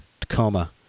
Tacoma